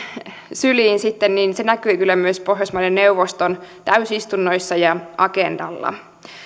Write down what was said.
syliin näkyi kyllä myös pohjoismaiden neuvoston täysistunnoissa ja agendalla